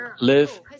Live